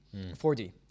4D